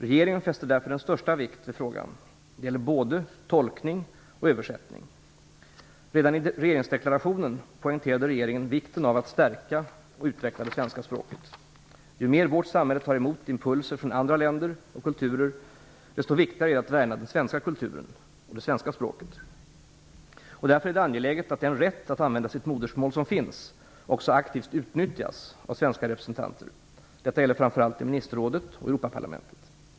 Regeringen fäster därför den största vikt vid frågan - det gäller både tolkning och översättning. Redan i regeringsdeklarationen poängterade regeringen vikten av att stärka och utveckla det svenska språket. Ju mer vårt samhälle tar emot impulser från andra länder och kulturer, desto viktigare är det att värna den svenska kulturen och det svenska språket. Därför är det angeläget att den rätt att använda sitt modersmål som finns också aktivt utnyttjas av svenska representanter. Detta gäller framför allt i ministerrådet och Europaparlamentet.